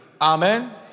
Amen